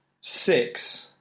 six